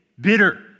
bitter